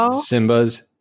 Simba's